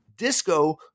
Disco